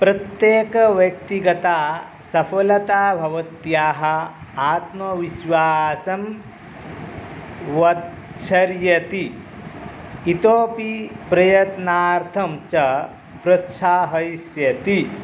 प्रत्येकव्यक्तिगता सफलता भवत्याः आत्मविश्वासं वत्सर्यति इतोपि प्रयत्नार्थं च प्रोत्साहयिष्यति